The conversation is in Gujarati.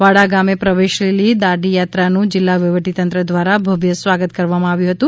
વાડા ગામે પ્રવેશેલી દાંડીયાત્રાનું જિલ્લા વહીવટીતંત્ર દ્વારા ભવ્ય સ્વાગત કરવામાં આવ્યું હતું